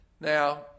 Now